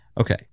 Okay